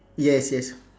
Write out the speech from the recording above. yes yes